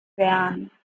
werden